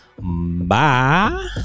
Bye